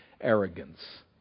arrogance